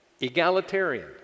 Egalitarian